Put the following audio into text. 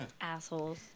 assholes